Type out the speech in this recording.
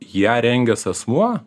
ją rengęs asmuo